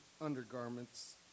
undergarments